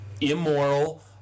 immoral